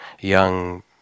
young